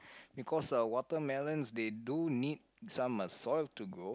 because uh watermelons they do need some uh soil to grow